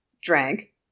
drank